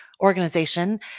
organization